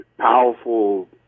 powerful